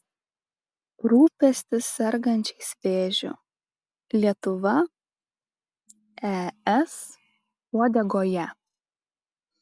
rūpestis sergančiais vėžiu lietuva es uodegoje